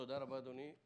תודה רבה, אדוני.